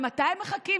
למתי הם מחכים?